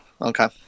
okay